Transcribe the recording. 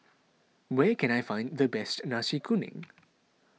where can I find the best Nasi Kuning